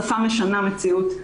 שפה משנה מציאות.